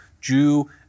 Jew